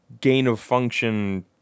gain-of-function